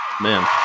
Man